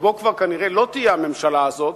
שבו כנראה כבר לא תהיה הממשלה הזאת,